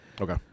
Okay